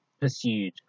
pursued